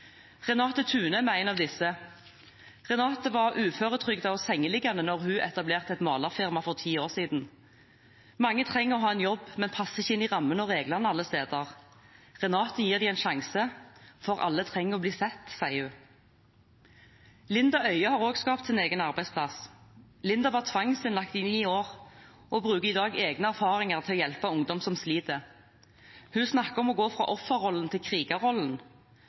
Renate Thunem er en av disse. Renate var uføretrygdet og sengeliggende da hun etablerte et malerfirma for ti år siden. Mange trenger å ha en jobb, men passer ikke inn i rammene og reglene allesteder. Renate gir dem en sjanse. Alle trenger å bli sett, sier hun. Linda Øye har også skapt sin egen arbeidsplass. Linda var tvangsinnlagt i ni år, og bruker i dag egne erfaringer til å hjelpe ungdom som sliter. Hun snakker om å gå fra offerrollen til krigerrollen.